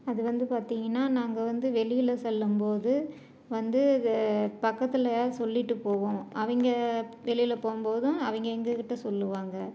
அது வந்து பார்த்தீங்கனா நாங்கள் வந்து வெளியில் செல்லும்போது வந்து இது பக்கத்தில் தான் சொல்லிவிட்டு போவோம் அவங்க வெளியில் போகும்போதும் அவங்க எங்கள் கிட்டே சொல்லுவாங்க